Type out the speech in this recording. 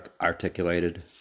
articulated